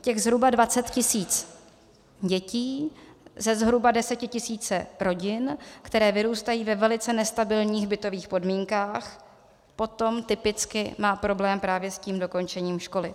Těch zhruba 20 tisíc dětí ze zhruba 10 tisíc rodin, které vyrůstají ve velice nestabilních bytových podmínkách, potom typicky má problém právě s dokončením školy.